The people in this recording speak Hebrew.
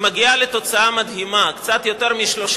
מגיעים לתוצאה מדהימה: קצת יותר מ-30